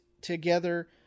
together